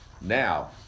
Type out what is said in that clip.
Now